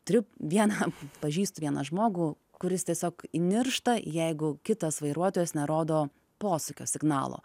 turiu vieną pažįstu vieną žmogų kuris tiesiog įniršta jeigu kitas vairuotojas nerodo posūkio signalo taip